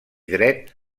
dret